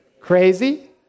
crazy